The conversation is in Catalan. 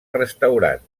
restaurant